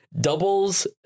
doubles